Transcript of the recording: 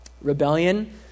Rebellion